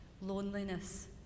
loneliness